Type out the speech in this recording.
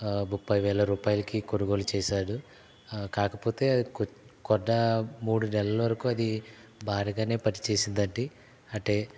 ముప్పైవేల రూపాయలకి కొనుగోలు చేశాడు కాకపోతే అది కొ కొన్న మూడు నెలల వరకు అది బారిగానే పని చేసిందండి అంటే